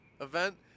event